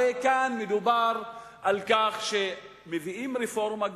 הרי כאן מדובר על כך שמביאים רפורמה גדולה,